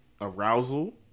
arousal